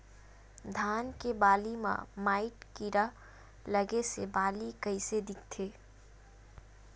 धान के बालि म माईट कीड़ा लगे से बालि कइसे दिखथे?